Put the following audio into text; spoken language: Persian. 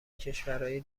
کشورای